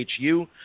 HU